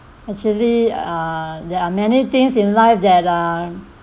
actually uh there are many things in life that um